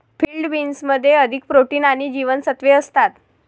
field बीन्समध्ये अधिक protein आणि जीवनसत्त्वे असतात